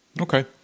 Okay